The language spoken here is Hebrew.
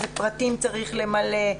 איזה פרטים צריך למלא,